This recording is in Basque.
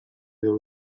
edo